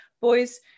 boys